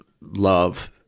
love